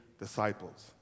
disciples